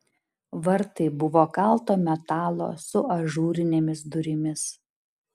vartai buvo kalto metalo su ažūrinėmis durimis